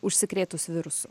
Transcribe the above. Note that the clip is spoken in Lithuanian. užsikrėtus virusu